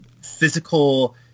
physical